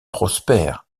prospère